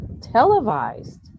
televised